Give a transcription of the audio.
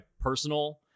personal